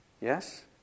Yes